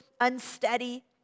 unsteady